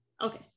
Okay